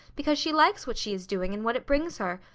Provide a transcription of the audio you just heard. because she likes what she is doing and what it brings her,